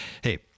hey